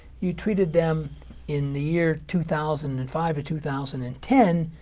you treated them in the year two thousand and five or two thousand and ten.